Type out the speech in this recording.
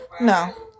No